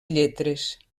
lletres